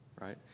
right